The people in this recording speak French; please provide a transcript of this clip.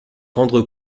rendre